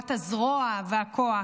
גבורת הזרוע והכוח,